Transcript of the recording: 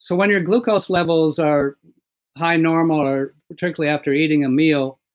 so when your glucose levels are high, normal or particularly after eating a meal,